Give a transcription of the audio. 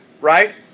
right